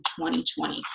2020